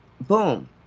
boom